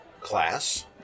class